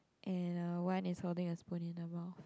and one is holding a spoon in her mouth